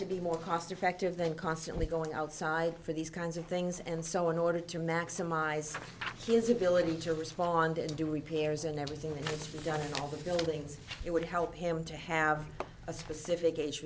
to be more cost effective than constantly going outside for these kinds of things and so in order to maximize his ability to respond and do repairs and everything done in the buildings it would help him to have a specific